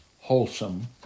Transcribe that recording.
wholesome